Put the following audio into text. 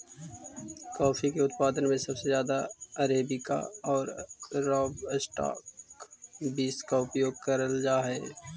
coffee के उत्पादन में सबसे ज्यादा अरेबिका और रॉबस्टा बींस का उपयोग करल जा हई